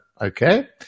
okay